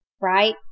Right